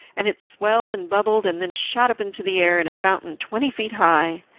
and it swelled and bubbled and then shot up into the air in a fountain twenty feet high.